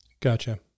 Gotcha